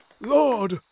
Lord